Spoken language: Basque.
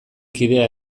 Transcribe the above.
kidea